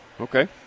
Okay